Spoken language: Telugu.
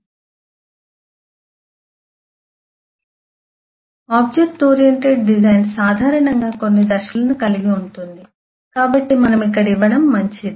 కాబట్టి ఆబ్జెక్ట్ ఓరియెంటెడ్ డిజైన్ సాధారణంగా కొన్ని దశలను కలిగి ఉంటుంది కాబట్టి మనం ఇక్కడ ఇవ్వడం మంచిది